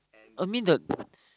I mean the